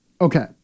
okay